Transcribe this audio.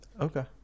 Okay